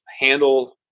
handle